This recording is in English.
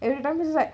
everytime it's like